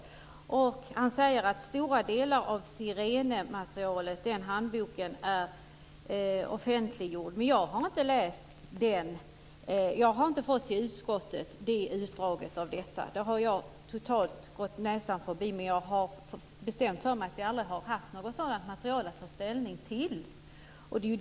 Göran Magnusson sade att stora delar av Sirenehandboken är offentliggjord. Men jag har inte fått utdrag från det materialet i utskottet. Det har i sådana fall gått min näsa förbi totalt, men jag har bestämt för mig att vi aldrig haft något sådant material att ta ställning till.